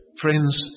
Friends